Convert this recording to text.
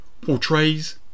portrays